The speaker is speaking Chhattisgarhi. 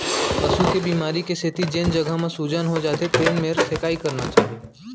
पसू के बेमारी के सेती जेन जघा म सूजन हो जाथे तेन मेर सेंकाई करना चाही